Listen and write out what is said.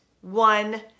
one